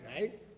right